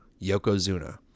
Yokozuna